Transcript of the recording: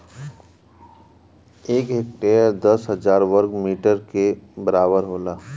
एक हेक्टेयर दस हजार वर्ग मीटर के बराबर होला